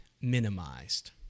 minimized